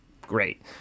great